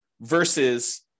versus